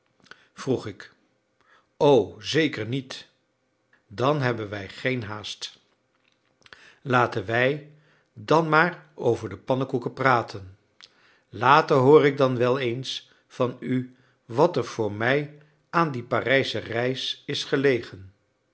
vroeg ik o zeker niet dan hebben wij geen haast laten wij dan maar over de pannekoeken praten later hoor ik dan wel eens van u wat er voor mij aan die parijsche reis is gelegen